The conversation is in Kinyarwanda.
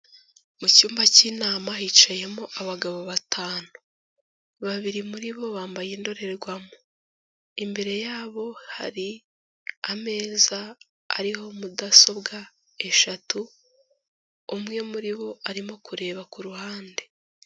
Mu cyumba cy'inama hicayemo abagabo batanu. Babiri muri bo bambaye indorerwamo. Imbere yabo hari ameza ariho mudasobwa eshatu, umwe muri bo arimo kureba ku ruhande.